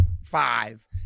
five